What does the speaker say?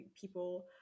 people